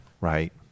Right